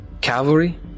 Cavalry